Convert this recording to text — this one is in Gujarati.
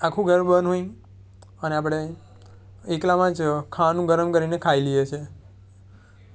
આખું ઘર બંધ હોય અને આપણે એકલામાં જ ખાવાનું ગરમ કરીને ખાઈ લઈએ છે